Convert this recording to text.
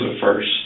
first